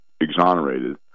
exonerated